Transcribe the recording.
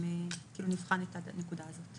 נבחן את הנקודה הזו.